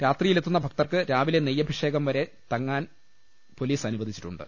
രാത്രിയിലെത്തുന്ന ഭക്തർക്ക് രാവിലെ നെയ്യുഭി ഷേകംവരെ തങ്ങാൻ പൊലീസ് അനുവദിച്ചിട്ടുണ്ട്